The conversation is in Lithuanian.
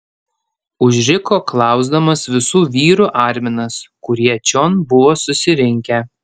užriko klausdamas visų vyrų arminas kurie čion buvo susirinkę